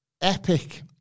epic